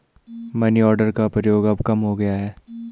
money order का प्रयोग अब कम हो गया है